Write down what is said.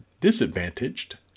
disadvantaged